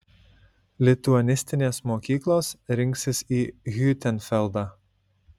lituanistinės mokyklos rinksis į hiutenfeldą